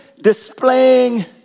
displaying